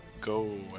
go